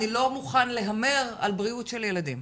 אני לא מוכן להמר על בריאות של ילדים.